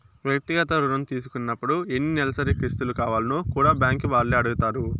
వ్యక్తిగత రుణం తీసుకున్నపుడు ఎన్ని నెలసరి కిస్తులు కావాల్నో కూడా బ్యాంకీ వాల్లే అడగతారు